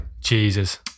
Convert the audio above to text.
Jesus